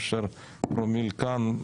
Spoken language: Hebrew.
מאשר פרומיל כאן,